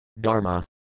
Dharma